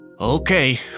Okay